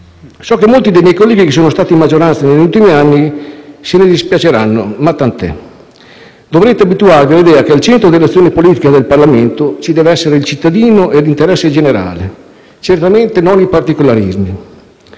So che molti dei miei colleghi che sono stati in maggioranza negli ultimi anni se ne dispiaceranno, ma tant'è. Dovrete abituarvi all'idea che al centro dell'azione politica del Parlamento ci deve essere il cittadino e l'interesse generale; certamente non i particolarismi.